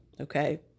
Okay